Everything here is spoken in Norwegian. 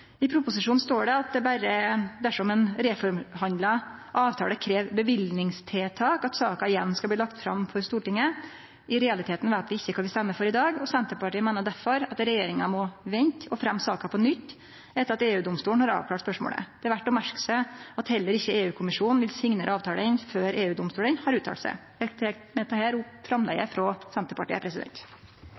I proposisjonen står det at det berre er dersom ein reforhandla avtale krev løyvingsvedtak, at saka igjen skal bli lagt fram for Stortinget. I realiteten veit vi ikkje kva vi stemmer for i dag, og Senterpartiet meiner derfor at regjeringa må vente og fremje saka på nytt etter at EU-domstolen har avklara spørsmålet. Det er verdt å merke seg at heller ikkje EU-kommisjonen vil signere avtalen før EU-domstolen har uttalt seg. Eg tek med dette opp framlegget frå Senterpartiet.